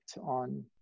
on